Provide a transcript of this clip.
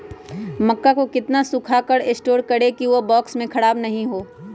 मक्का को कितना सूखा कर स्टोर करें की ओ बॉक्स में ख़राब नहीं हो?